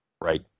right